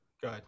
good